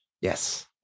Yes